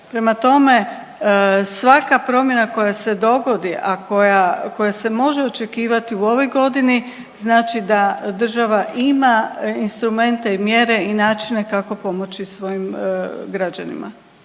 Prema tome, svaka promjena koja se dogodi, a koja se može očekivati u ovoj godini znači da država ima instrumente i mjere i načine kako pomoći svojim građanima.